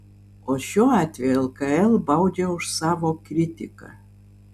o šiuo atveju lkl baudžia už savo kritiką